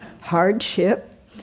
hardship